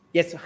Yes